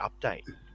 update